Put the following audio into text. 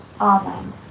Amen